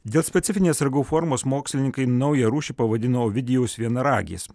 dėl specifinės ragų formos mokslininkai naują rūšį pavadino ovidijaus vienaragis